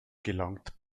gelangt